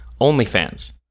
OnlyFans